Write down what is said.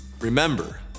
Remember